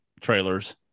trailers